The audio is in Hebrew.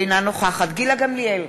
אינה נוכחת גילה גמליאל,